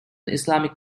islamic